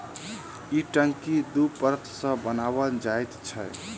ई टंकी दू परत सॅ बनाओल जाइत छै